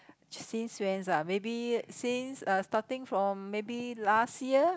since when's uh maybe since uh starting from maybe last year